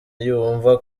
yumva